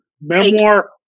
memoir